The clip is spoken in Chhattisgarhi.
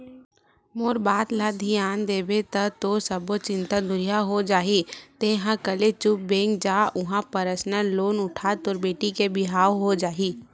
मोर बात धियान देबे ता तोर सब्बो चिंता दुरिहा हो जाही तेंहा कले चुप बेंक जा उहां परसनल लोन उठा तोर बेटी के बिहाव हो जाही